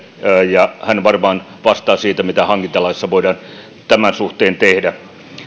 ja hän varmaan vastaa siitä mitä hankintalaissa voidaan tämän suhteen tehdä